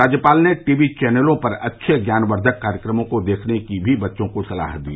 राज्यपाल ने T V चैनलों पर अच्छे ज्ञानवर्धक कार्यक्रमों को देखने की भी बच्चों को सलाह दी